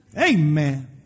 Amen